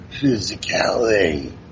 physicality